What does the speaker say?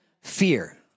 fear